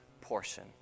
portion